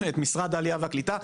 את משרד העלייה והקליטה?